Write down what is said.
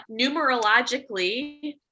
Numerologically